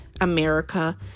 America